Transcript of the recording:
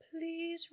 please